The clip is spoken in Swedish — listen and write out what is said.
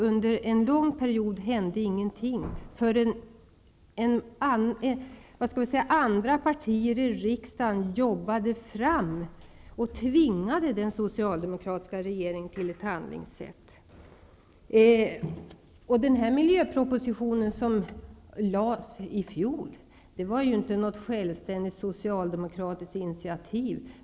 Under en lång period hände ingenting, inte förrän andra partier i riksdagen jobbade på och tvingade den socialdemokratiska regeringen till ett handlande. Den miljöproposition som lades fram i fjol var inte något självständigt socialdemokratiskt initiativ.